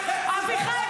אביחי,